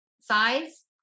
size